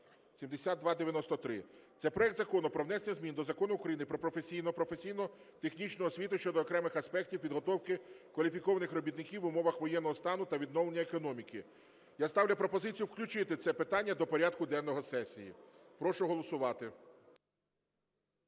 7293, це проект Закону про внесення змін до Закону України "Про професійну (професійно-технічну) освіту" щодо окремих аспектів підготовки кваліфікованих робітників в умовах воєнного стану та відновлення економіки". Я ставлю пропозицію включити це питання до порядку денного сесії. Прошу голосувати.